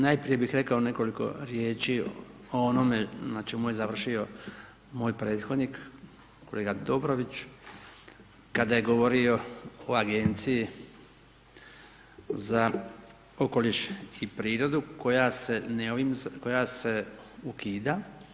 Najprije bih rekao nekoliko riječi o onome na čemu je završio moj prethodnik kolega Dobrović kada je govorio o agenciji za okoliš i prirodu, koja se ukida.